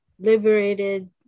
liberated